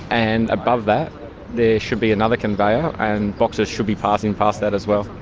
and above that there should be another conveyor and boxes should be passing past that as well.